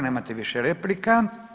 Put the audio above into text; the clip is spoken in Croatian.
Nemate više replika.